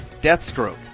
Deathstroke